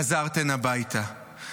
חזרתן הביתה.